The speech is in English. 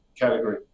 category